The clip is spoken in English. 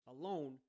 alone